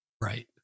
Right